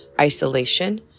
isolation